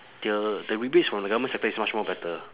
the the rebates from the government sector is much more better